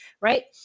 right